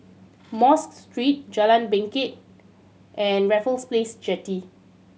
Mosque Street Jalan Bangket and Raffles Place Jetty